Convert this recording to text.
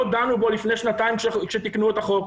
לא דנו בו לפני שנתיים כשתיקנו את החוק.